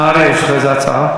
נהרי, יש לך איזו הצעה?